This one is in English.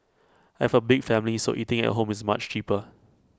I have A big family so eating at home is much cheaper